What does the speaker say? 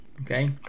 okay